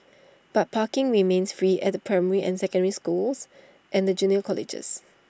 but parking remains free at the primary and secondary schools and the junior colleges